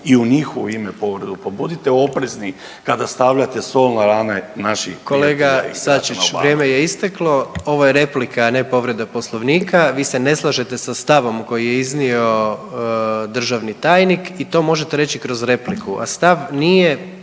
i u njihovo ime povredu, pa budite oprezni kada stavljate sol na rane naših …/Govornici govore istovremeno ne razumije./… **Jandroković, Gordan (HDZ)** Kolega Sačić, vrijeme je isteklo, ovo je replika, a ne povreda Poslovnika. Vi se ne slažete sa stavom koji je iznio državi tajnik i to možete reći kroz repliku, a stav nije